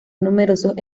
numerosos